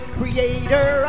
creator